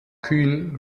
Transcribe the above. kühn